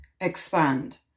expand